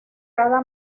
cada